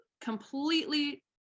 completely